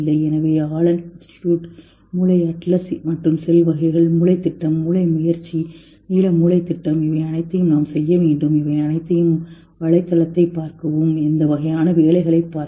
எனவே Allen institute மூளை atlas மற்றும் செல் வகைகள் மூளை திட்டம் மூளை முயற்சி நீல மூளை திட்டம் இவை அனைத்தையும் நாம் செய்ய வேண்டும் இவை அனைத்தையும் வலைத்தளத்தைப் பார்க்கவும் எந்த வகையான வேலைகளைப் பார்க்கவும்